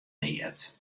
neat